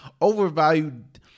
overvalued